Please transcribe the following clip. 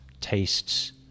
tastes